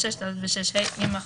(6ד) ו-(6ה) יימחקו.